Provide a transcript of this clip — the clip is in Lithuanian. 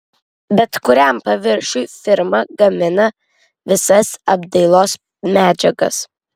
bet kuriam paviršiui firma gamina visas apdailos medžiagas